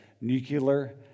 nuclear